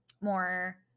more